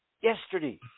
Yesterday